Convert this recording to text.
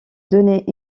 donnait